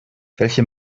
welche